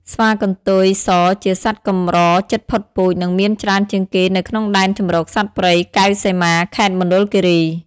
ស្វាកន្ទុយសជាសត្វកម្រជិតផុតពូជ និងមានច្រើនជាងគេនៅក្នុងដែនជម្រកសត្វព្រៃកែវសីមា ខេត្តមណ្ឌលគិរី។